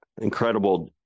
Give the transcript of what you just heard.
incredible